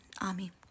army